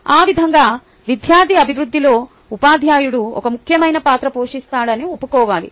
ఆ విధంగా విద్యార్థి అభివృద్ధిలో ఉపాధ్యాయుడు ఒక ముఖ్యమైన పాత్ర పోషిస్తాడని ఒప్పుకోవాలి